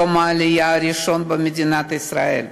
יום העלייה הראשון במדינת ישראל.